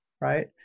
right